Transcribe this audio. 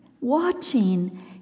watching